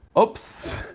Oops